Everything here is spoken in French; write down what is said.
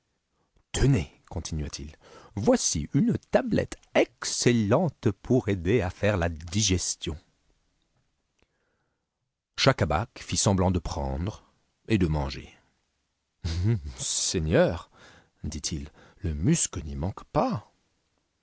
tenez continua-t-il voici une tablette excellente pour aider à faire a digestion schacabac fit semblant de prendre et de manger seigneur dit-il le musc n'y manque pas